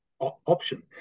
option